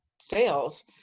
sales